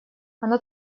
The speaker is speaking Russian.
она